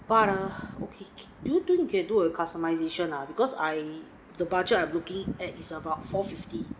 but ah okay do you think you can do the customization ah because I the budget I'm looking at is about four fifty